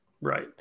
Right